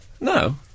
No